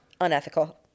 Unethical